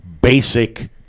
basic